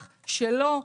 שלך, שלו.